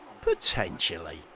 potentially